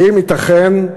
האם ייתכן,